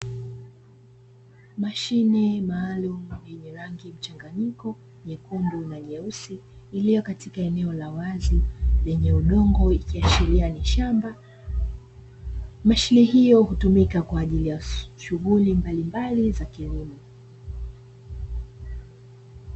Mashine maalumu yenye rangi mchanganyiko nyekundu na nyeusi, iliyo katika eneo la wazi lenye udongo ikiashiria ni shamba. Mashine hiyo hutumika kwa ajili ya shughuli mbalimbali za kilimo.